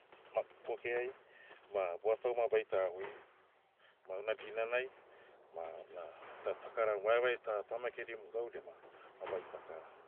Ma- kokeai, ma buatau ma baita hoi, ma una dinanai, ma una, ta- takaram vaevae ta- tamakedim gaudia ma- ma baita kara.